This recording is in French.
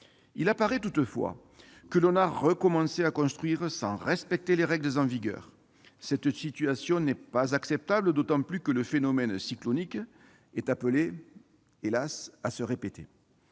Il apparaît toutefois que l'on a recommencé à construire sans respecter les règles en vigueur. Cette situation n'est pas acceptable, d'autant que le phénomène cyclonique est appelé, hélas, à se répéter.